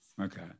Okay